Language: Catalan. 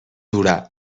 dura